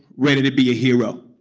ready to be a hero.